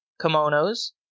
kimonos